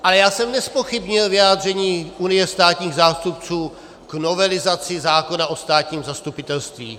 Ale já jsem nezpochybnil vyjádření Unie státních zástupců k novelizaci zákona o státním zastupitelství.